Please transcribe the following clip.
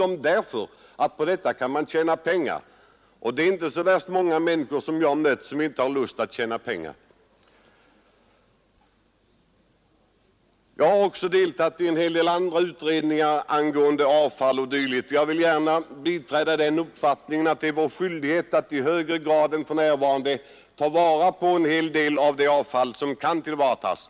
På detta sätt kan man nämligen tjäna pengar, och jag har inte mött så värst många människor som inte har lust att göra det. Jag har också deltagit i en hel del andra utredningar om avfall och dylikt, och jag vill gärna biträda den uppfattningen att det är vår skyldighet att i högre grad än för närvarande ta vara på det avfall som kan tillvaratas.